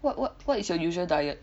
what what what is your usual diet